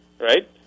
right